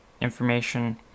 information